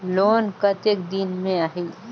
Loan कतेक दिन मे आही?